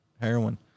heroin